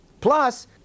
Plus